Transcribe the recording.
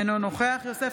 אינו נוכח יוסף